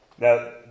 Now